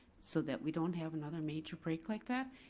so that we don't have another major break like that.